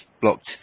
blocked